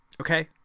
Okay